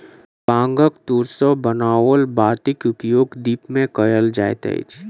बांगक तूर सॅ बनाओल बातीक उपयोग दीप मे कयल जाइत अछि